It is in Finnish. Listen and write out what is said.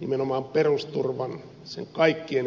nimenomaan perusturvan sen kaikkien eri elementtien parantamiseksi